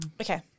Okay